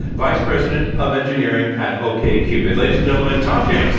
vice president of engineering at okcupid. ladies and gentlemen, tom jacques.